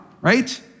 right